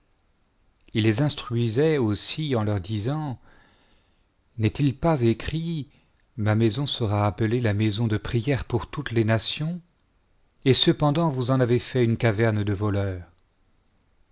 il les instruisait aussi en leur disant n'est-il pas écrit ma maison sera appelée la maison de prière pour toutes les nations et cependant vous en avez fait une caverne de voleurs